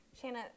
Shanna